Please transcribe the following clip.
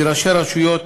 כי ראשי רשויות